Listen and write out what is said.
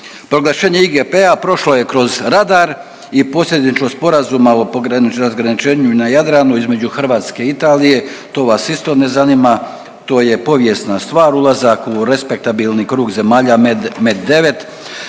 Proglašenje IGP prošlo je kroz radar i posljedično sporazuma o razgraničenju i na Jadranu između Hrvatske i Italije. To vas isto ne zanima. To je povijesna stvar. Ulazak u respektabilni krug zemalja MED, MED9.